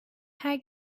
her